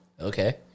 okay